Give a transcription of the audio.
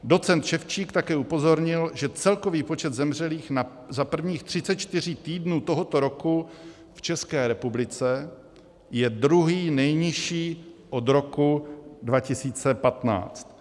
Docent Ševčík také upozornil, že celkový počet zemřelých za prvních 34 týdnů tohoto roku v České republice je druhý nejnižší od roku 2015.